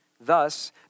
thus